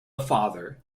father